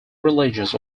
religious